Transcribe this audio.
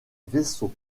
vaisseau